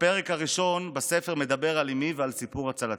הפרק הראשון בספר מדבר על אימי ועל סיפור הצלתה,